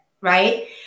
right